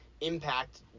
impact